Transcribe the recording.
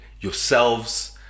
yourselves